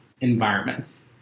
environments